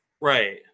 Right